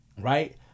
Right